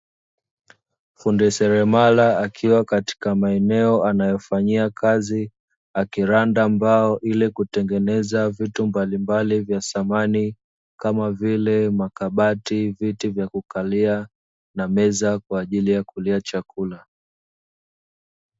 Fundi seremala akiwa katika maeneo anayofanyia kazi akilanda mbao ili kutengeneza vitu mbalimbali vya samani kama vile makabati, viti vya kukalia na meza kwa ajili ya kulia chakula.